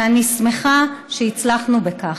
ואני שמחה שהצלחנו בכך.